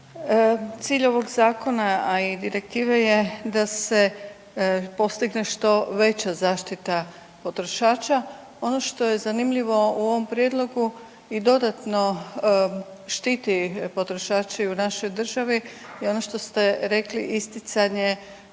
Cilj ovog zakona, a i direktive je da se postigne što veća zaštita potrošača, ono što je zanimljivo u ovom prijedlogu i dodatno štiti potrošače i u našoj državi i ono što ste rekli isticanje